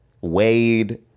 Wade